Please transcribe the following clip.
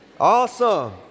Awesome